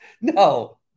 No